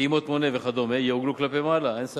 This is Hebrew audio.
פעימות מונה וכדומה, יעוגלו כלפי מעלה, אין ספק,